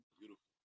beautiful